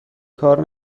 کار